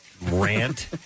rant